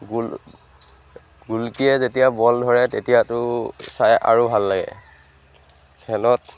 গ'ল গোলকিয়ে যেতিয়া বল ধৰে তেতিয়াতো চাই আৰু ভাল লাগে খেলত